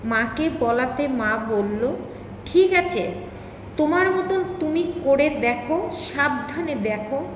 মাকে বলাতে মা বলল ঠিক আছে তোমার মতন তুমি করে দেখো সাবধানে দেখো